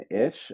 ish